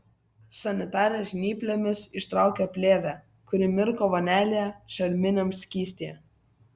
sanitarė žnyplėmis ištraukė plėvę kuri mirko vonelėje šarminiam skystyje